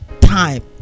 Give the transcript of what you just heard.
time